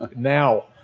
ah now.